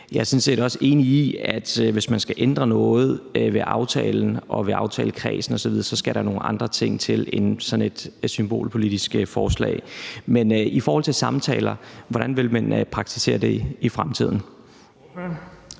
Jeg er sådan set også enig i, at hvis man skal ændre noget ved aftalen og ved aftalekredsen osv., så skal der nogle andre ting til end sådan et symbolpolitisk forslag. Men hvordan vil man praktisere det med